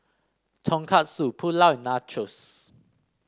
Tonkatsu Pulao Nachos